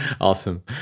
Awesome